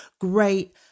great